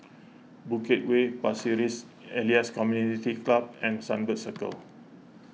Bukit Way Pasir Ris Elias Community Club and Sunbird Circle